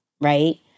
right